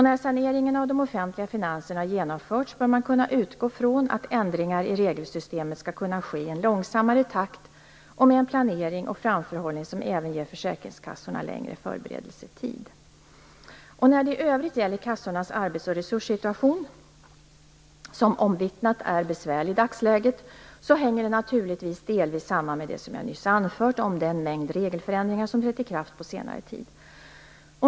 När saneringen av de offentliga finanserna har genomförts bör man kunna utgå från att ändringar i regelsystemet skall kunna ske i en långsammare takt och med en planering och framförhållning som även ger försäkringskassorna längre förberedelsetid. När det i övrigt gäller kassornas arbets och resurssituation, som omvittnat är besvärlig i dagsläget, så hänger den naturligtvis delvis samman med det som jag nyss anfört om den mängd regelförändringar som trätt i kraft på senare tid.